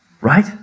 right